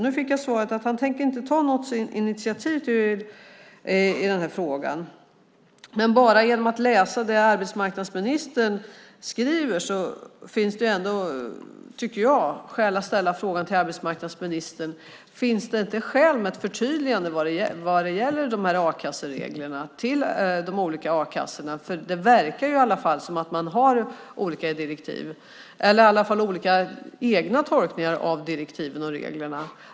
Nu fick jag svaret att han inte tänker ta något initiativ i den här frågan, men bara genom att läsa det arbetsmarknadsministern skriver tycker jag att det ändå finns anledning att ställa frågan till arbetsmarknadsministern: Finns det inte skäl för ett förtydligande vad gäller a-kassereglerna till de olika a-kassorna? Det verkar i alla fall som om man gör olika egna tolkningar av direktiven och reglerna.